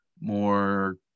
more